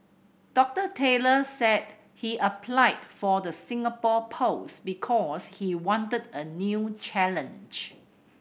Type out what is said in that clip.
Doctor Taylor said he applied for the Singapore post because he wanted a new challenge